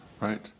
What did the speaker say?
Right